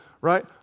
right